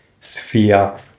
sphere